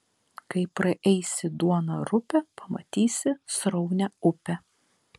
kai praeisi duoną rupią pamatysi sraunią upę